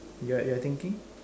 you're you're thinking